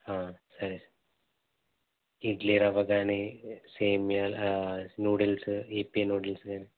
సరే సర్ ఇడ్లీరవ్వ గానీ సేమ్యా న్యూడిల్స్ ఇప్పి న్యూడిల్స్